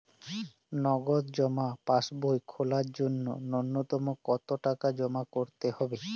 নগদ জমা পাসবই খোলার জন্য নূন্যতম কতো টাকা জমা করতে হবে?